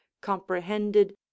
comprehended